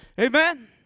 Amen